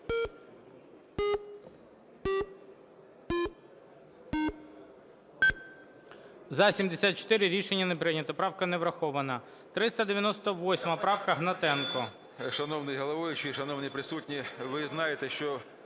За-74 Рішення не прийнято. Правка не врахована. 398 правка, Гнатенко.